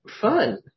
fun